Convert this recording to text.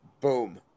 Boom